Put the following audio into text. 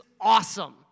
awesome